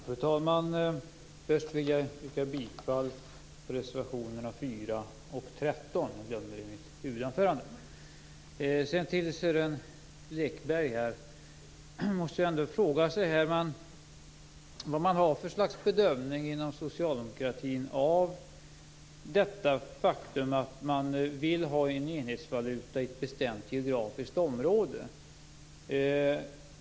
Fru talman! Först vill jag yrka bifall till reservationerna 4 och 13. Jag måste fråga Sören Lekberg: Vilken bedömning gör ni inom socialdemokratin av detta faktum att man vill ha en enhetsvaluta i ett bestämt geografiskt område?